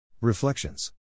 Reflections